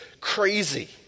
crazy